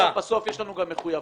בסוף-בסוף יש לנו גם מחויבות